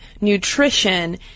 nutrition